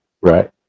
Right